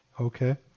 Okay